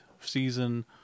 season